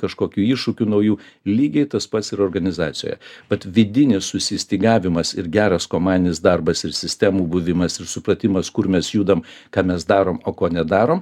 kažkokių iššūkių naujų lygiai tas pats ir organizacijoje bet vidinis sustygavimas ir geras komandinis darbas ir sistemų buvimas ir supratimas kur mes judam ką mes darom o ko nedarom